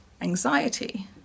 anxiety